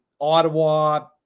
Ottawa